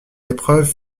épreuves